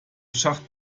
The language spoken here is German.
schacht